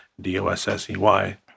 D-O-S-S-E-Y